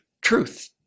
truth